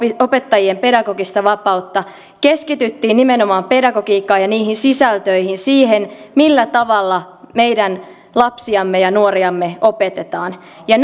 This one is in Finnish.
opettajien pedagogista vapautta keskityttiin nimenomaan pedagogiikkaan ja niihin sisältöihin siihen millä tavalla meidän lapsiamme ja nuoriamme opetetaan ja